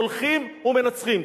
הולכים ומנצחים.